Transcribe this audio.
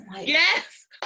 yes